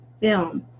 film